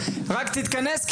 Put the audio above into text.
רק תתכנס,